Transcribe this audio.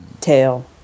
tail